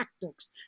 tactics